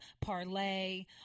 Parlay